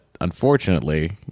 unfortunately